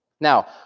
now